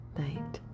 night